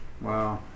Wow